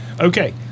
Okay